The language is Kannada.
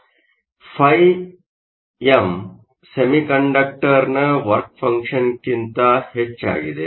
ಆದ್ದರಿಂದ ಫೈಎಮ್phi m ಸೆಮಿಕಂಡಕ್ಟರ್ನ ವರ್ಕ್ ಫಂಕ್ಷನ್ಕ್ಕಿಂತ ಹೆಚ್ಚಾಗಿದೆ